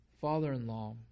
father-in-law